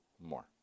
more